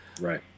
right